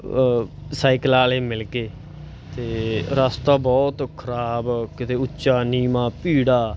ਸਾਈਕਲਾਂ ਵਾਲੇ ਮਿਲ ਗਏ ਅਤੇ ਰਸਤਾ ਬਹੁਤ ਖਰਾਬ ਕਿਤੇ ਉੱਚਾ ਨੀਵਾਂ ਭੀੜਾ